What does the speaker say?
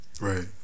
right